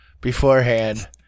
beforehand